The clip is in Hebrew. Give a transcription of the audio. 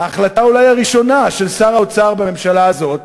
ההחלטה אולי הראשונה של שר האוצר בממשלה הזאת